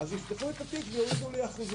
אז יפתחו את התיק ויורידו לי אחוזים.